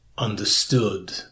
understood